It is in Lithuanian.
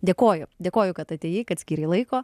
dėkoju dėkoju kad atėjai kad skyrei laiko